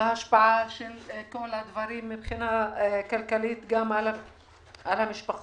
ההשפעה של הדברים מבחינה כלכלית על המשפחות.